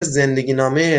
زندگینامه